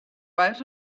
out